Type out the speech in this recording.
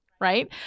right